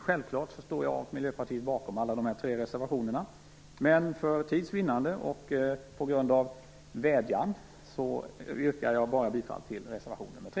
Självklart står jag och Miljöpartiet bakom alla dessa, men för tids vinnande och på grund av vädjan yrkar jag bifall bara till reservation 3.